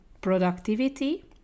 productivity